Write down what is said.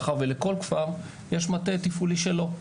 מאחר ובכל כפר יש מטה תפעולי משלו.